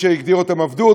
שהיה מי שהגדיר אותם עבדות,